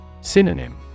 Synonym